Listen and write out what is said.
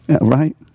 Right